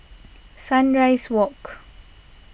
Sunrise Walk